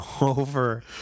over